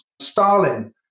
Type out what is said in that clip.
Stalin